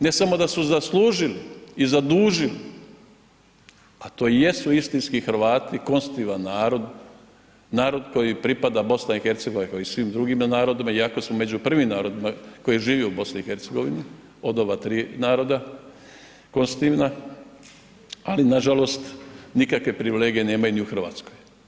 Ne samo da su zaslužili i zadužili, a to i jesu istinski Hrvati konstitutivan narod, narod koji pripada BiH kao i svim drugim narodima, iako smo među prvim narodima koji je živio u BiH od ova tri naroda konstutivna, ali nažalost nikakve privilegije nemaju ni u Hrvatskoj.